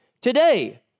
today